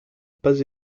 pas